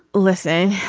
listen.